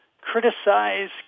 Criticize